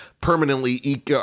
permanently